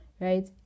right